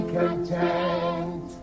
content